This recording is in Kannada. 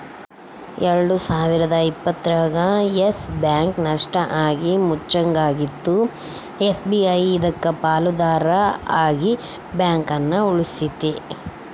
ಎಲ್ಡು ಸಾವಿರದ ಇಪ್ಪತ್ತರಾಗ ಯಸ್ ಬ್ಯಾಂಕ್ ನಷ್ಟ ಆಗಿ ಮುಚ್ಚಂಗಾಗಿತ್ತು ಎಸ್.ಬಿ.ಐ ಇದಕ್ಕ ಪಾಲುದಾರ ಆಗಿ ಬ್ಯಾಂಕನ ಉಳಿಸ್ತಿ